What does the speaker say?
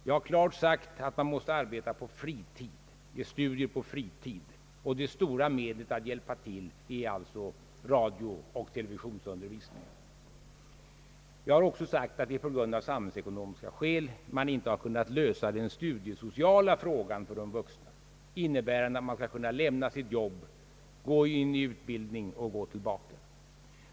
Jag har klart sagt att man måste arbeta med studierna på fritid, och det stora medlet att hjälpa till är alltså radiooch televisionsundervisningen. Jag har också sagt, att det är av samhällsekonomiska skäl som man inte har kunnat lösa den studiesociala frågan för de vuxna, innebärande att de skall kunna lämna sitt jobb, gå in i en utbildning och sedan gå tillbaka till sin yrkesverksamhet.